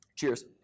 Cheers